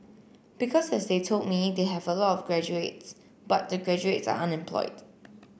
because as they told me they have a lot of graduates but the graduates are unemployed